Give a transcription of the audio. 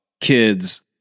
kids